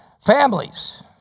Families